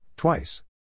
Twice